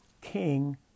king